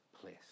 place